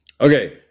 Okay